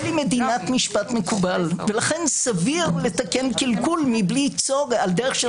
היא מדינת משפט מקובל ולכן סביר לתקן קלקול על דרך של